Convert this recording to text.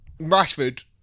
Rashford